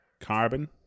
Carbon